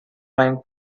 line